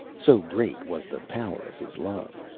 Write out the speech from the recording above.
so great was the power of his love.